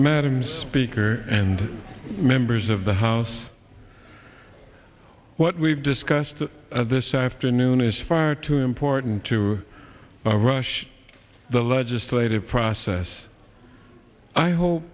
madam speaker and members of the house what we've discussed this afternoon is far too important to rush the legislative process i hope